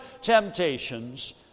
temptations